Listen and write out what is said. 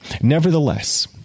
Nevertheless